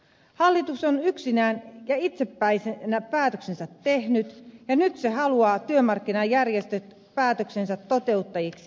hallitus on yksinään ja itsepäisenä päätöksensä tehnyt ja nyt se haluaa työmarkkinajärjestöt päätöksensä toteuttajiksi